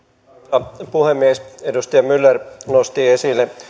arvoisa puhemies edustaja myller nosti esille